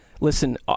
listen